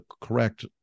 correct